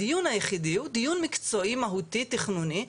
הדיון היחידי הוא דיון מהותי מקצועי תכנוני,